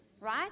Right